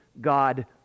God